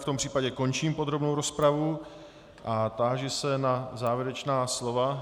V tom případě končím podrobnou rozpravu a táži se na závěrečná slova.